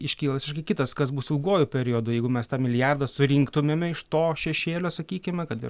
iškyla visiškai kitas kas bus ilguoju periodu jeigu mes tą milijardą surinktumėme iš to šešėlio sakykime kad ir